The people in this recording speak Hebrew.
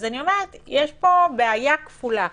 יש פה בעיה כפולה: